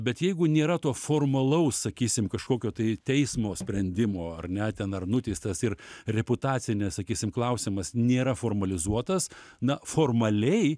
bet jeigu nėra to formalaus sakysim kažkokio tai teismo sprendimo ar ne ten ar nuteistas ir reputacinis sakysim klausimas nėra formalizuotas na formaliai